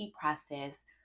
process